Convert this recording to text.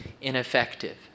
ineffective